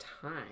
time